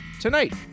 tonight